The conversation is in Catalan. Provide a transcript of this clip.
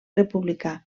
republicà